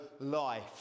life